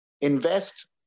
Invest